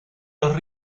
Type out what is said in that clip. los